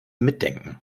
mitdenken